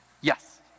Yes